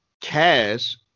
Cash